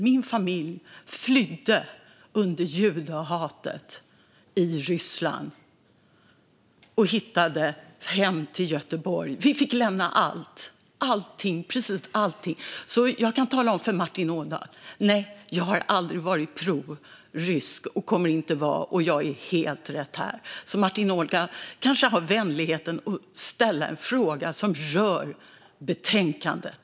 Min familj flydde undan judehatet i Ryssland och hittade hem till Göteborg. Vi fick lämna precis allting. Jag kan därför tala om för Martin Ådahl: Nej, jag har aldrig varit prorysk och kommer inte att vara det, och jag är i helt rätt parti. Martin Ådahl kanske kan ha vänligheten att ställa en fråga som rör betänkandet.